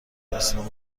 اسلام